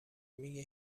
میگه